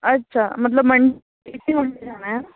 اچھا مطلب اِسی منڈے جانا ہے نا